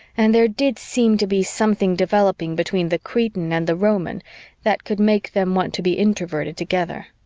and there did seem to be something developing between the cretan and the roman that could make them want to be introverted together.